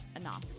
enough